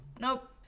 Nope